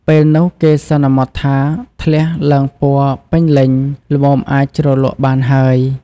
ពេលនោះ គេសន្មតថា ធ្លះឡើងពណ៌ពេញលេញ ល្មមអាចជ្រលក់បានហើយ។